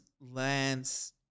Lance